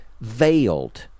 veiled